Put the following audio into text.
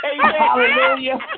Hallelujah